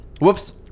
whoops